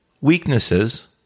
weaknesses